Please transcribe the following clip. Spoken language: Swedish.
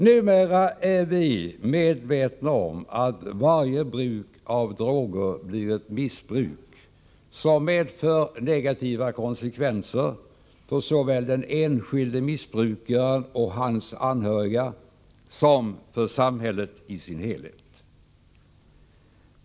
Numera är vi medvetna om att varje bruk av droger leder till missbruk, som medför negativa konsekvenser för såväl den enskilde missbrukaren och hans anhöriga som samhället i dess helhet.